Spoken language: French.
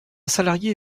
salarié